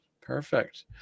Perfect